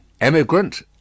Emigrant